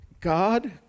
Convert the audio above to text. God